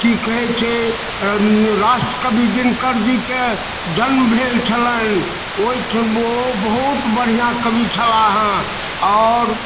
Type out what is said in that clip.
कि कहै छै राष्ट्रकवि दिनकरजीके जन्म भेल छलनि ओहिठाम ओ बहुत बढ़िआँ कवि छलाह हँ आओर